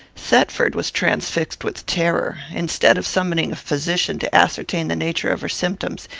thetford was transfixed with terror. instead of summoning a physician, to ascertain the nature of her symptoms,